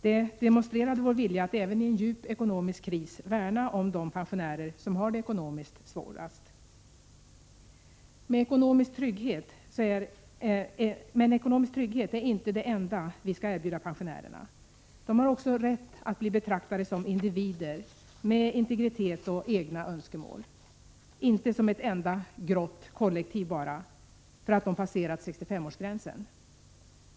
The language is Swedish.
Det demonstrerade vår vilja att även i en djup ekonomisk kris värna om de pensionärer som har det ekonomiskt svårast. Men ekonomisk trygghet är inte det enda vi skall erbjuda pensionärerna. De har också rätt att bli betraktade som individer med integritet och egna önskemål, inte som ett enda grått kollektiv bara för att de passerat 65-årsgränsen.